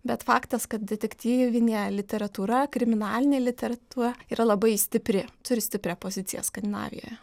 bet faktas kad detektyvinė literatūra kriminalinė literatūra yra labai stipri turi stiprią poziciją skandinavijoje